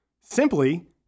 Simply